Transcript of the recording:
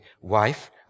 wife